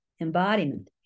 embodiment